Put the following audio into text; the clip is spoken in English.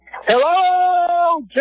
Hello